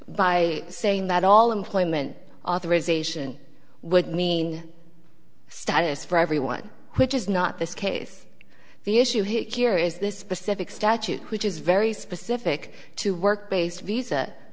by saying that all employment authorization would mean status for everyone which is not this case the issue here is this specific statute which is very specific to work base